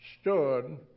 stood